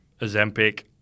azempic